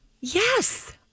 Yes